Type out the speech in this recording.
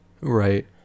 Right